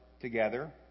together